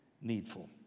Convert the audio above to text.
needful